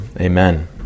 Amen